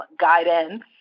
guidance